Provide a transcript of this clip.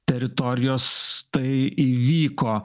teritorijos tai įvyko